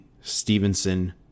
Stevenson